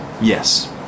Yes